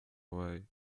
way